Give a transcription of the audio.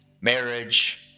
marriage